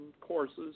courses